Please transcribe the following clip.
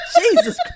jesus